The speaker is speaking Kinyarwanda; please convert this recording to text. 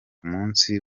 munsi